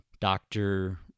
doctor